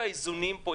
האיזונים פה,